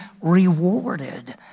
rewarded